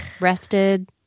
rested